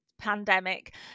pandemic